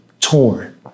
torn